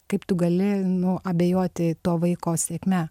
kaip tu gali nu abejoti to vaiko sėkme